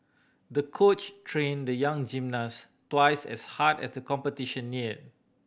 the coach trained the young gymnast twice as hard as the competition neared